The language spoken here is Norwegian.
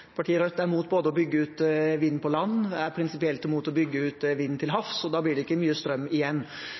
Partiet Rødt er mot å bygge ut vind på land og er prinsipielt imot å bygge ut vind til havs, og da blir det ikke mye strøm igjen.